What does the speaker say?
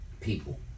people